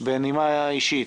בנימה אישית,